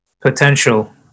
potential